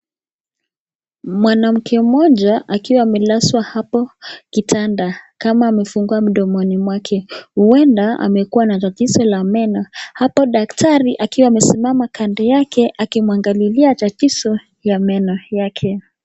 Mwanamke moja akiwa amelazwa hapo kitanda kama amefungua mdomoni mwake. Huenda amekuwa na tatizo la meno, hapo daktari akiwa amesimama kando yake akimwangalilia tatizo ya meno yake.